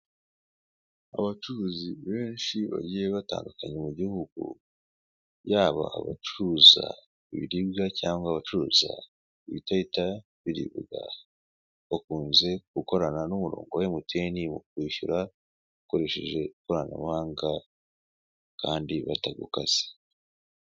Abacuruzi benshi bagiye batandukanye mu gihugu yaba abacuruza ibiribwa cyangwa ibidahita biribwa bakunze gukorana n'umurongo wa MTN mu kwishyura ukoresheje ikoranabuhanga kandi batagukase.